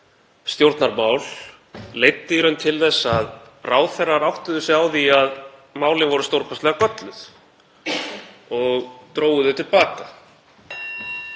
stjórnarmál, leiddi til þess að ráðherrar áttuðu sig á því að málin voru stórkostlega gölluð og drógu þau til baka.